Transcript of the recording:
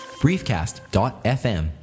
briefcast.fm